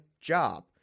job